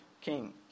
king